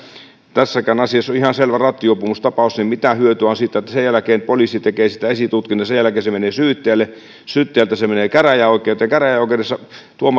tässäkin asiassa on ihan selvä rattijuopumustapaus niin mitä hyötyä on siitä että sen jälkeen poliisi tekee siitä esitutkinnan sen jälkeen se menee syyttäjälle syyttäjältä se menee käräjäoikeuteen käräjäoikeudessa